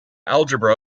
algebra